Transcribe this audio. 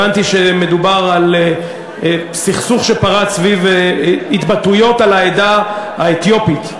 הבנתי שמדובר על סכסוך שפרץ סביב התבטאויות על העדה האתיופית.